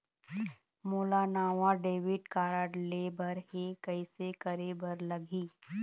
मोला नावा debit card लेबर हे, कइसे करे बर लगही?